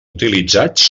utilitzats